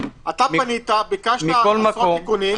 אתה פנית, ביקשת עשרות תיקונים.